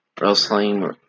Wrestling